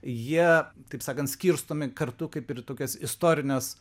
jie taip sakant skirstomi kartu kaip ir į tokias istorines